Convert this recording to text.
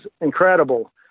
incredible